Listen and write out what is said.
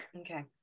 okay